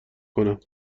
کنم